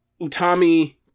Utami